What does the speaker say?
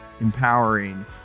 empowering